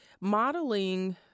modeling